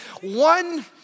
One